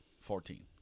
fourteen